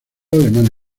alemán